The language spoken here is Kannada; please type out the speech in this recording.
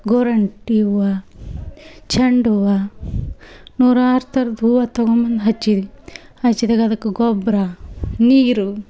ಗೋರಂಟಿ ಹೂವ ಚಂಡು ಹೂವ ನೂರಾರು ಥರದ ಹೂವ ತಗೊಂಬಂದು ಹಚ್ಚಿದಿ ಹಚ್ಚಿದಾಗ ಅದಕ್ಕೆ ಗೊಬ್ಬರ ನೀರು